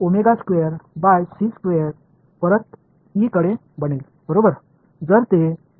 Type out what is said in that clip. तर हे omega square by C square परत E कडे बनेल बरोबर